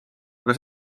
aga